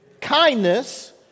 Kindness